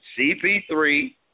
CP3